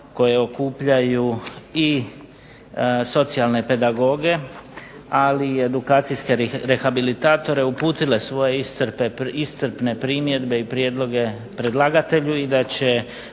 koje okupljaju i socijalne pedagoge, ali i edukacijske rehabilitatore uputile svoje iscrpne primjedbe i prijedloge predlagatelju i da će